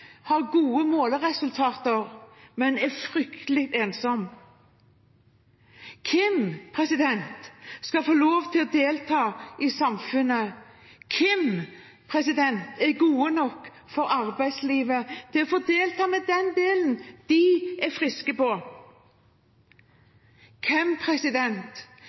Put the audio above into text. har gode måleresultater, men er fryktelig ensom? Hvem skal få lov til å delta i samfunnet? Hvem er gode nok for arbeidslivet, til å få delta med den delen av seg som er frisk? Hvem